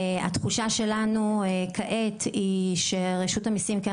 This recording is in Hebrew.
התחושה שלנו כעת היא שרשות המיסים כן